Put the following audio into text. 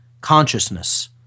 consciousness